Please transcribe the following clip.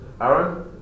Aaron